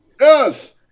Yes